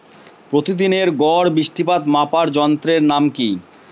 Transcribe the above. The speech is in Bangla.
প্রতিদিনের গড় বৃষ্টিপাত মাপার যন্ত্রের নাম কি?